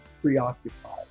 preoccupied